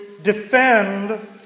Defend